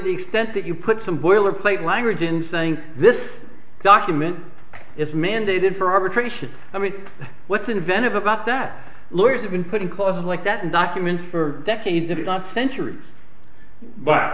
the extent that you put some boilerplate language in saying this document is mandated for arbitration i mean what's inventive about that lawyers have been putting clauses like that in documents for decades if not centuries but